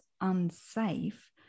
unsafe